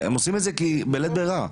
הן עושות את זה בלית ברירה.